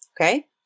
Okay